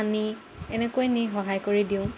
পানী এনেকৈ নি সহায় কৰি দিওঁ